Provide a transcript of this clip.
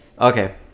okay